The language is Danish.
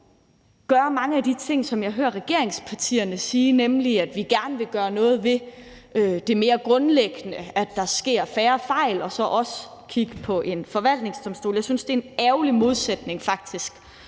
at gøre mange af de ting, som jeg hører regeringspartierne sige, nemlig at vi gerne vil gøre noget ved det mere grundlæggende – at der sker færre fejl – og så også kigge på en forvaltningsdomstol. Jeg synes faktisk, det er en ærgerlig modsætning at